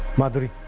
madhuri.